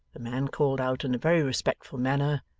the man called out in a very respectful manner,